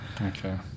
Okay